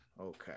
Okay